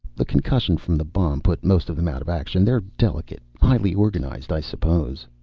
the concussion from the bomb put most of them out of action. they're delicate. highly organized, i suppose.